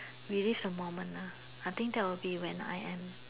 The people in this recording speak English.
release a moment ah I think that will be when I am